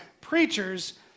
preachers